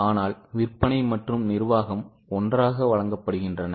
ஆனால் விற்பனை மற்றும் நிர்வாகம் ஒன்றாக வழங்கப்படுகின்றன